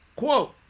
Quote